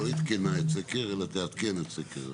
לא עדכנה את סקר אלא תעדכן את סקר.